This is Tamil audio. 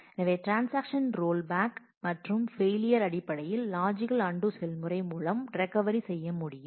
எனவே ட்ரான்ஸாக்ஷன் ரோல் பேக் மற்றும் ஃபெயிலியர் அடிப்படையில் லாஜிக்கல் அன்டூ செயல்முறை மூலம் ரெக்கவரி செய்ய முடியும்